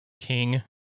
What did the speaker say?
king